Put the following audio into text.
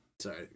Sorry